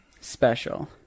special